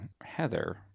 Heather